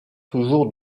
toujours